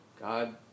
God